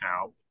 out